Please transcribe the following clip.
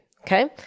Okay